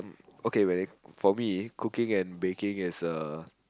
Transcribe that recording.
okay for me cooking and baking is a